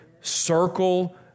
Circle